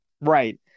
Right